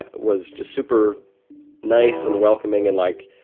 ah was just super nice and welcoming and, like,